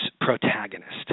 protagonist